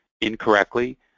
incorrectly